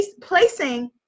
placing